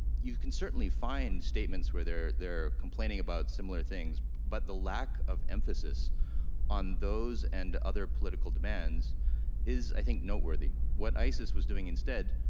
you can certainly find statements where they're they're complaining about similar things, but the lack of emphasis on those and other political demands is i think noteworthy. what isis was doing instead,